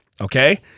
Okay